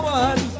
one